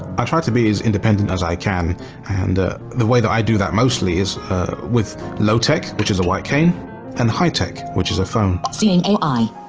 i try to be as independent as i can and the way that i do that mostly is with low tech which is a white cane and high tech which is a phone. seeing ai,